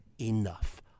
enough